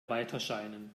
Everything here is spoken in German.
weiterscheinen